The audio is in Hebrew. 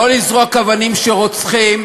לא לזרוק אבנים שרוצחות,